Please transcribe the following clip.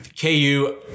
KU